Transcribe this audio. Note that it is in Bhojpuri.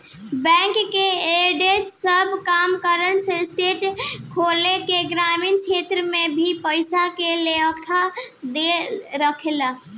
बैंक के एजेंट सब कॉमन सर्विस सेंटर खोल के ग्रामीण क्षेत्र में भी पईसा के लेन देन करेले